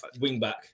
wing-back